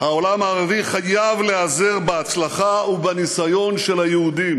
"העולם הערבי חייב להיעזר בהצלחה ובניסיון של היהודים"